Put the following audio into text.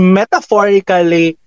metaphorically